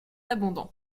abondant